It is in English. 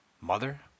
Mother